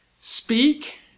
Speak